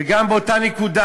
וגם באותה נקודה